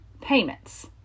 payments